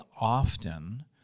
often